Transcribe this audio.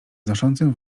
znoszącym